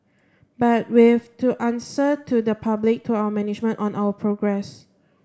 but we've to answer to the public to our management on our progress